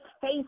face